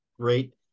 great